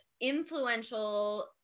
influential